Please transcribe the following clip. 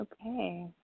Okay